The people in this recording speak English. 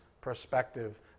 perspective